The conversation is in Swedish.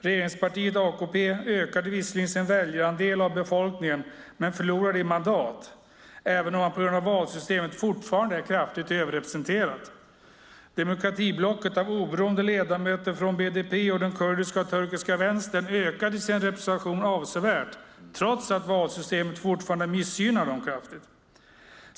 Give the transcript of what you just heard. Regeringspartiet AKP ökade visserligen sin väljarandel av befolkningen men förlorade i mandat, även om man på grund av valsystemet fortfarande är kraftigt överrepresenterat. Demokratiblocket av oberoende ledamöter från BDP och den kurdiska och turkiska vänstern ökade sin representation avsevärt trots att valsystemet fortfarande missgynnar dem kraftigt.